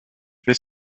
fait